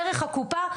דרך הקופה,